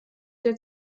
der